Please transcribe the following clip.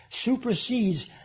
supersedes